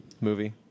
movie